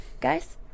Guys